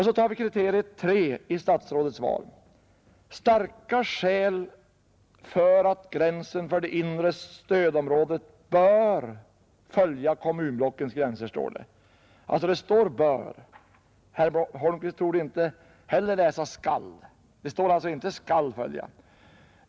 Så tar vi kriteriet nr 3 i statsrådets svar, nämligen att starka skäl har ”talat för att gränsen för det inre stödområdet bör följa kommunblockens gränser”. Det står ”bör”. Inte heller herr Holmqvist torde läsa ”skall”. Det står alltså inte ”skall följa”.